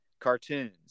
cartoons